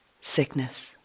sickness